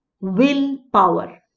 willpower